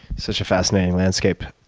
such a fascinating landscape.